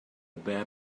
bare